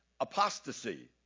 apostasy